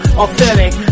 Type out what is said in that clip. authentic